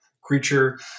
creature